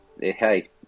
hey